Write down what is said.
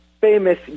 famous